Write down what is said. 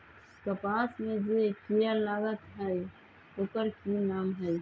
कपास में जे किरा लागत है ओकर कि नाम है?